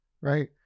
right